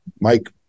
mike